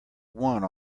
one